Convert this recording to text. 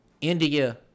India